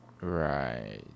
Right